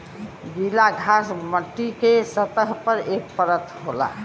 गीला घास मट्टी के सतह पर एक परत होला